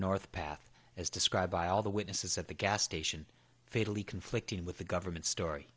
north path as described by all the witnesses at the gas station fatally conflicting with the government story